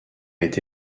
été